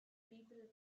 people